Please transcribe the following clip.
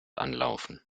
anlaufen